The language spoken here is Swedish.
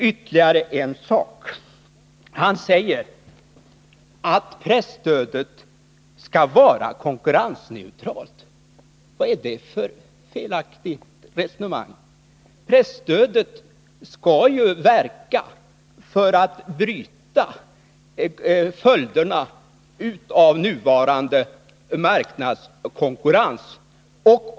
Ytterligare en sak. Anders Björck säger att presstödet skall vara konkurrensneutralt. Vad är det för felaktigt resonemang? Presstödet skall ju Nr 128 verka för att bryta följderna av nuvarande marknadskonkurrens.